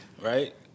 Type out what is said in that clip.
right